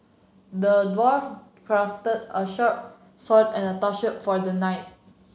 the dwarf crafted a shirt sword and a down shirt for the knight